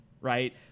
right